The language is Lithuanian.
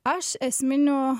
aš esminių